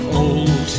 old